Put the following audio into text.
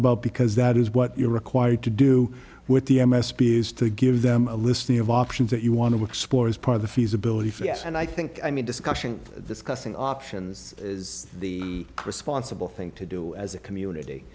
about because that is what you're required to do with the m s p is to give them a listing of options that you want to explore as part of the feasibility for us and i think i mean discussion discussing options is the crisp ensemble thing to do as a community